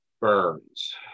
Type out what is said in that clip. Burns